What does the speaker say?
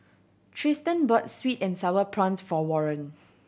Triston bought sweet and Sour Prawns for Warren